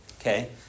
Okay